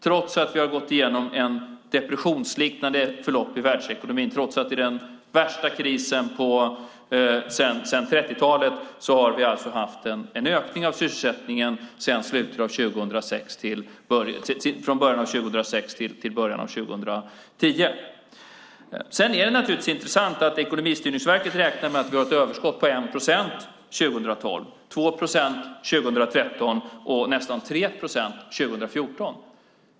Trots att vi har gått igenom ett depressionsliknande förlopp i världsekonomin, trots att vi haft den värsta krisen sedan 30-talet, har vi alltså haft en ökning av sysselsättningen från början av 2006 till början av 2010. Det är naturligtvis intressant att Ekonomistyrningsverket räknar med att vi har ett överskott på 1 procent 2012, 2 procent 2013 och nästan 3 procent 2014.